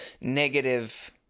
negative